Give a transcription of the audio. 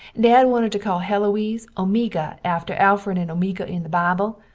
dad wanted to call heloise omeega after alfred and omeega in the bibel,